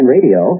Radio